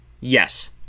Yes